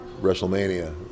WrestleMania